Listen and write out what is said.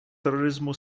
terorismu